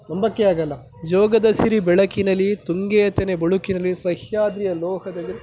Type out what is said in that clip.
ನಂಬೋಕ್ಕೆ ಆಗಲ್ಲ ಜೋಗದ ಸಿರಿ ಬೆಳಕಿನಲ್ಲಿ ತುಂಗೆಯ ತೆನೆ ಬಳುಕಿನಲ್ಲಿ ಸಹ್ಯಾದ್ರಿಯ ಲೋಹದದಿರ